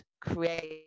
create